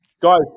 Guys